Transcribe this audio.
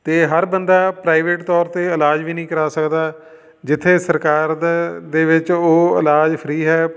ਅਤੇ ਹਰ ਬੰਦਾ ਪ੍ਰਾਈਵੇਟ ਤੌਰ 'ਤੇ ਇਲਾਜ ਵੀ ਨਹੀਂ ਕਰਵਾ ਸਕਦਾ ਜਿੱਥੇ ਸਰਕਾਰੀ ਦੇ ਦੇ ਵਿੱਚ ਉਹ ਇਲਾਜ ਫਰੀ ਹੈ